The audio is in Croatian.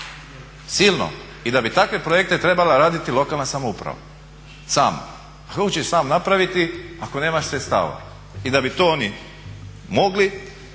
i da bi takve projekte trebala raditi lokalna samouprava sama. Kako će ih sama napraviti ako nema sredstava? I da bi to oni mogli,